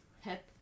hip